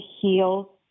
heal